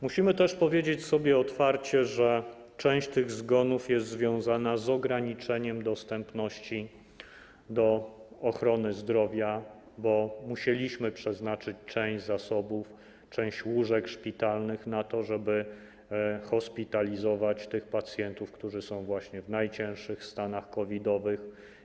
Musimy też powiedzieć sobie otwarcie, że część tych zgonów jest związana z ograniczeniem dostępu do ochrony zdrowia, bo musieliśmy przeznaczyć część zasobów, część łóżek szpitalnych na to, żeby hospitalizować tych pacjentów, którzy są właśnie w najcięższych stanach COVID-owych.